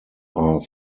are